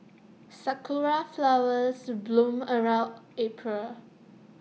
Sakura Flowers bloom around April